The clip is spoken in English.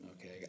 okay